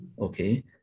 Okay